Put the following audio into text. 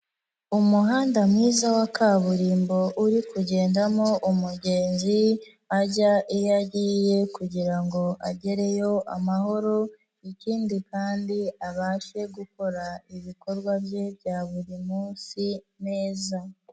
Umuhanda mwiza wa kaburimbo uri kugendamo umugenzi, ajya iyo agiye kugira ngo agereyo amahoro ikindi kandi abashe gukora ibikorwa bye bya buri munsi neza.